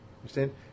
understand